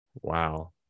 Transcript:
wow